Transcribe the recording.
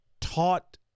taught